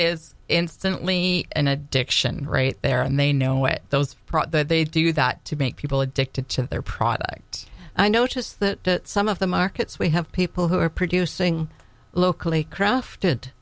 is instantly an addiction right there and they know it those proud that they do that to make people addicted to their product i notice that some of the markets we have people who are producing locally crafted